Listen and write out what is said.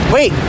Wait